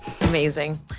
Amazing